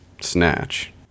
Snatch